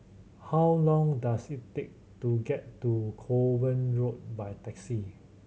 how long does it take to get to Kovan Road by taxi